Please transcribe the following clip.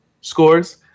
scores